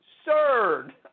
absurd